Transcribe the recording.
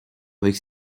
avec